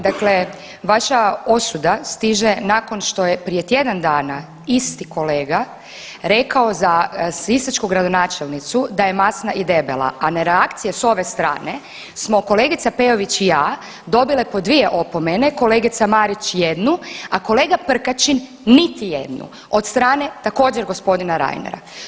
Dakle vaša osuda stiže nakon što je prije tjedan dana isti kolega rekao za sisačku gradonačelnicu da je masna i debela, a na reakcije s ove strane smo kolegica Peović i ja dobile po dvije opomene, kolegica Marić jednu, a kolega Prkačin niti jednu od strane također, g. Reinera.